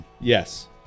Yes